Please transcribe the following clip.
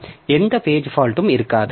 எனவே எந்த பேஜ் பால்டும் இருக்காது